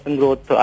growth